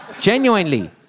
Genuinely